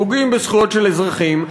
פוגעים בזכויות של אזרחים,